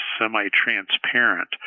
semi-transparent